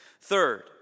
Third